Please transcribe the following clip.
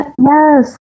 yes